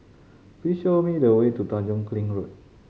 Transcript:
please show me the way to Tanjong Kling Road